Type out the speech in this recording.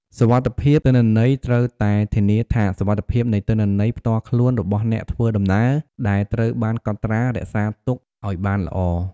សុវត្ថិភាពទិន្នន័យត្រូវតែធានាថាសុវត្ថិភាពនៃទិន្នន័យផ្ទាល់ខ្លួនរបស់អ្នកធ្វើដំណើរដែលត្រូវបានកត់ត្រារក្សាទុកឲ្យបានល្អ។